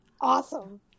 awesome